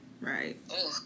right